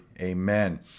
Amen